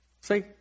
See